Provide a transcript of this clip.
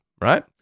right